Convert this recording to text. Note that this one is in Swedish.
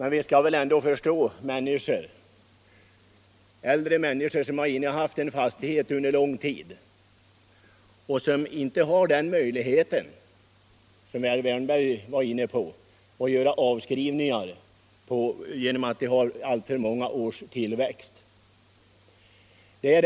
Men vi skall väl ändå förstå dessa äldre människor, som har innehaft en fastighet under lång tid och som — eftersom det gäller alltför många års tillväxt —- inte har den avskrivningsmöjlighet som herr Wärnberg var inne på.